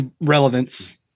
relevance